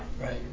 right